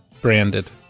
Branded